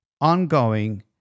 ongoing